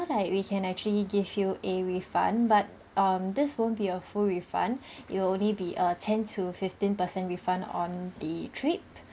so like we can actually give you a refund but um this won't be a full refund you will only be a ten to fifteen per cent refund on the trip